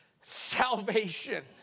salvation